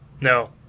No